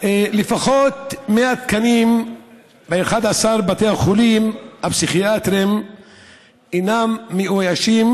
לפחות 100 תקנים ב-11 בתי החולים הפסיכיאטריים אינם מאוישים,